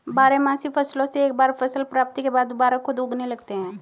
बारहमासी फसलों से एक बार फसल प्राप्ति के बाद दुबारा खुद उगने लगते हैं